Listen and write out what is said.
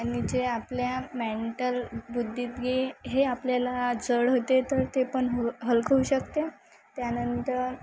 आणि जे आपल्या मेंटल बुद्धिदे हे आपल्याला जड होते तर ते पण हल हलकं होऊ शकते त्यानंतर